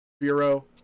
Bureau